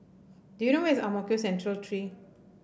do you know where is Ang Mo Kio Central Three